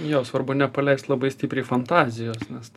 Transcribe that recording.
jo svarbu nepaleist labai stipriai fantazijos nes